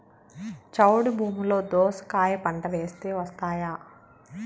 చౌడు భూమిలో దోస కాయ పంట వేస్తే వస్తాయా?